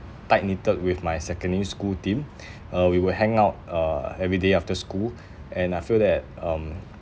tight knitted with my secondary school team uh we will hang out uh everyday after school and I feel that um